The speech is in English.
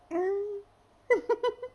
ah